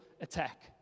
attack